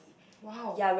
!wow!